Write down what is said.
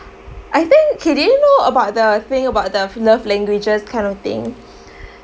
I think K do you know about the thing about the love languages kind of thing